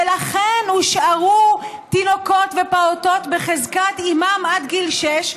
ולכן הושארו תינוקות ופעוטות בחזקת אימן עד גיל שש,